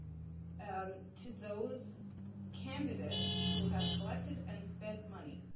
um to those candidates who have collected and spent money?